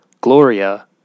Gloria